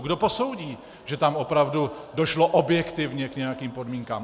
Kdo posoudí, že tam opravdu došlo objektivně k nějakým podmínkám?